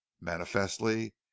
Manifestly